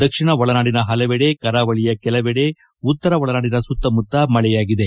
ದಕ್ಷಿಣ ಒಳನಾಡಿನ ಹಲವೆಡೆ ಕರಾವಳಿಯ ಕೆಲವೆಡೆ ಉತ್ತರ ಒಳನಾಡಿನ ಸುತ್ತಮುತ್ತ ಮಳೆಯಾಗಿದೆ